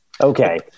Okay